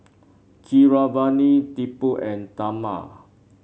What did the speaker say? Keeravani Tipu and Tharman